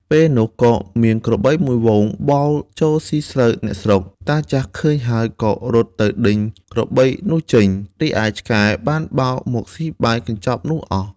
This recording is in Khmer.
ពេលនោះ ក៏មានក្របីមួយហ្វូងបោលចូលស៊ីស្រូវអ្នកស្រុក តាចាស់ឃើញហើយក៏រត់ទៅដេញក្របីនោះចេញ រីឯឆ្កែបានបោលមកស៊ីបាយកញ្ចប់នោះអស់។